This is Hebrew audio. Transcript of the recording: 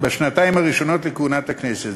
בשנתיים הראשונות לכהונת הכנסת.